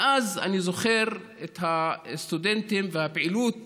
מאז אני זוכר את הסטודנטים והפעילות